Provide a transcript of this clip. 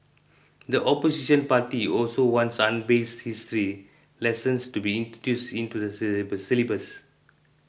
the opposition party also wants unbiased history lessons to be introduced into the syllabus